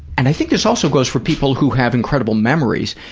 and i think this also goes for people who have incredible memories,